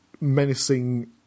menacing